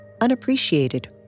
unappreciated